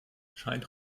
scheint